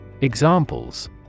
Examples